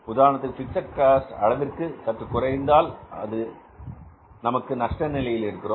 உதாரணத்திற்கு இது fixed cost அளவிற்கு சற்று குறைவானது என்றால் நாம் நஷ்ட நிலையில் இருக்கிறோம்